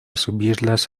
subirlas